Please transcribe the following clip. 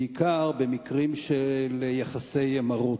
בעיקר במקרים של יחסי מרות.